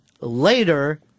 later